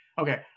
okay